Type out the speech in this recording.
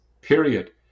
period